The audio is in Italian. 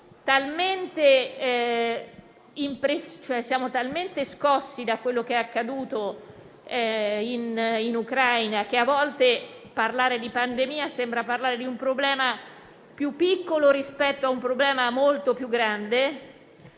siamo talmente scossi da quello che è accaduto in Ucraina che a volte, nel parlare di pandemia, ci sembra di affrontare un problema più piccolo, rispetto a uno molto più grande.